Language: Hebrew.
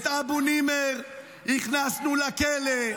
את אבו נימר הכנסנו לכלא.